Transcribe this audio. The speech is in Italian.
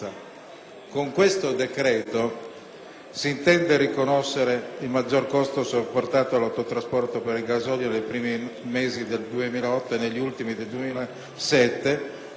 Con questo decreto si intende riconoscere il maggiore costo sopportato dall'autotrasporto per il gasolio nei primi mesi del 2008 e negli ultimi del 2007,